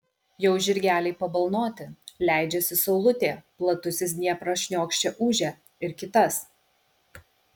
jau žirgeliai pabalnoti leidžiasi saulutė platusis dniepras šniokščia ūžia ir kitas